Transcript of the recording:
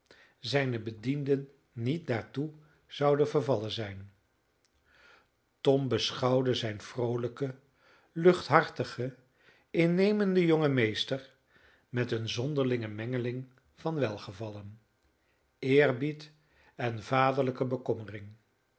zijne bedienden niet daartoe zouden vervallen zijn tom beschouwde zijn vroolijken luchthartigen innemenden jongen meester met een zonderlinge mengeling van welgevallen eerbied en vaderlijke bekommering